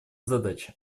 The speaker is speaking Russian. задача